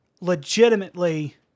legitimately